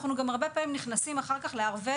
אנחנו גם הרבה פעמים נכנסים אחר כך לערבי